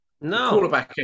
No